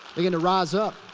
began to rise up.